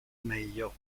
meglio